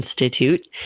Institute